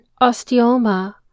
osteoma